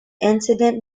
incident